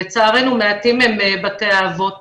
לצערנו מעטים הם בתי האבות